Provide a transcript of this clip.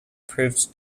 proved